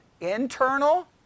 internal